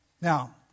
Now